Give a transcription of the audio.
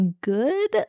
good